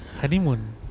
Honeymoon